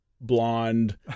blonde